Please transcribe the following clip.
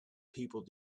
people